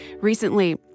recently